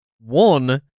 One